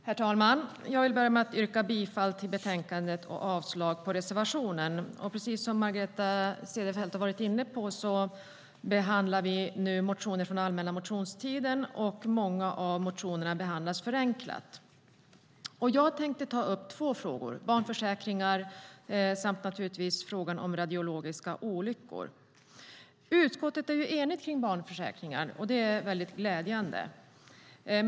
Herr talman! Jag vill börja med att yrka bifall till utskottets förslag i betänkandet och avslag på reservationen. Som Margareta Cederfelt sade behandlar vi motioner från allmänna motionstiden, och många av motionerna behandlas förenklat. Jag tänkte ta upp två frågor, frågan om barnförsäkringar och naturligtvis frågan om radiologiska olyckor. Utskottet är enigt om barnförsäkringar, vilket är mycket glädjande.